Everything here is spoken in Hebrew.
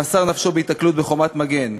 שמסר את נפשו בהיתקלות ב"חומת מגן".